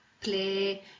play